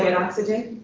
and oxygen?